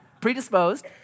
predisposed